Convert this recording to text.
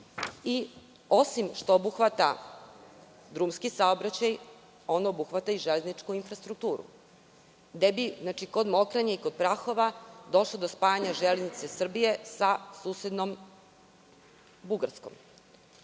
što obuhvata drumski saobraćaj, on obuhvata i železničku infrastrukturu, gde bi kod Mokranja i kod Prahova došlo do spajanja Železnice Srbije sa susednom Bugarskom.